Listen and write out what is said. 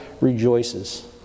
rejoices